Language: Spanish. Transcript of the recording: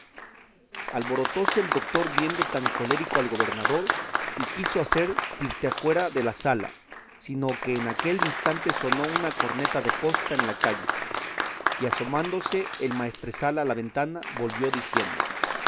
habas alborotóse el doctor viendo tan colérico al gobernador y quiso hacer tirteafuera de la sala sino que en aquel instante sonó una corneta de posta en la calle y asomándose el maestresala a la ventana volvió diciendo